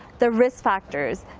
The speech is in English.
the risk factors,